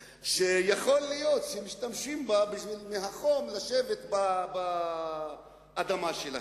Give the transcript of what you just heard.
שיכול להיות שמשתמשים בה בגלל החום כדי לשבת על האדמה שלהם.